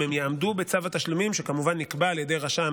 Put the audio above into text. אם הם יעמדו בצו התשלומים שכמובן נקבע על ידי רשם